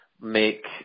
make